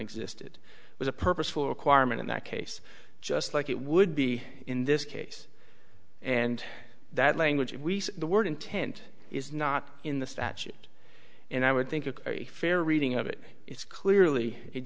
existed was a purposeful requirement in that case just like it would be in this case and that language if the word intent is not in the statute and i would think it a fair reading of it it's clearly